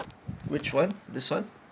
which [one] this [one]